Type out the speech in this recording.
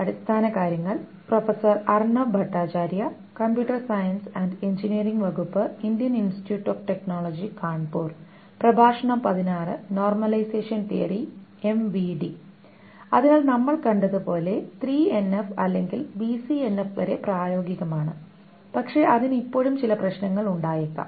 അതിനാൽ നമ്മൾ കണ്ടതുപോലെ 3NF അല്ലെങ്കിൽ BCNF വരെ പ്രായോഗികമാണ് പക്ഷേ അതിന് ഇപ്പോഴും ചില പ്രശ്നങ്ങൾ ഉണ്ടായേക്കാം